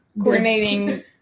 coordinating